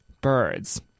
birds